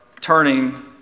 turning